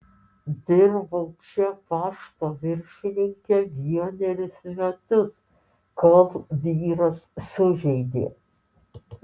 dirbau čia pašto viršininke vienerius metus kol vyras sužeidė